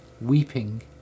Weeping